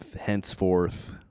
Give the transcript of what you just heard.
henceforth